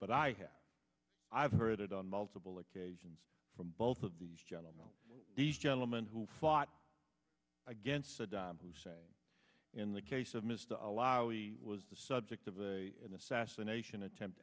have i've heard it on multiple occasions from both of these gentlemen these gentlemen who fought against saddam hussein in the case of mr allow he was the subject of a an assassination attempt